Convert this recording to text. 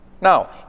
Now